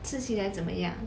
吃起来怎么样